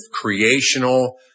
creational